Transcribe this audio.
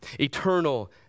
eternal